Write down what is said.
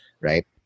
right